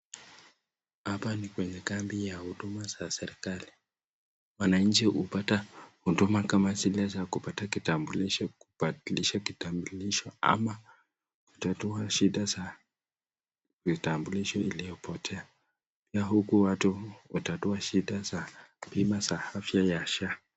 Hapa ni kwenye kambi ya huduma za serekali. Wananchi hupata huduma kama zile za kupata kitambulisho kubadiliaha kitambulisho ama kutatua shida za vitambulisho iliyopotea huku watu hutatua shida za bima za afya ya SHA.